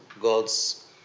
God's